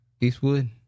Eastwood